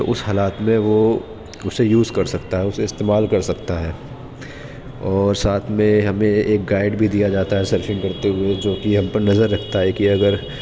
تو اس حالات میں وہ اسے یوز کرسکتا ہے اسے استعمال کر سکتا ہے اور ساتھ میں ہمیں ایک گائڈ بھی دیا جاتا ہے سرفنگ کرتے ہوئے جو کہ ہم پر نظر رکھتا ہے کہ اگر